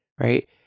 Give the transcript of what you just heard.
Right